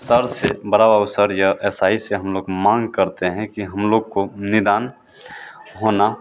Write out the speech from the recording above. sir से बड़ा बाबू सर या एस आई से हम लोग माँग करते हैं की हम लोग को निदान होना